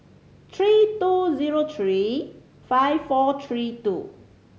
three two zero three five four three two